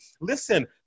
Listen